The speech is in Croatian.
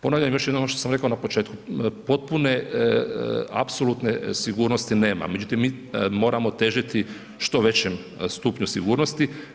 Ponavljam još jednom ono što sam rekao na početku, potpune apsolutne sigurnosti nema, međutim mi moramo težiti što većem stupnju sigurnosti.